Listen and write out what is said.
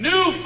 New